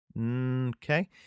okay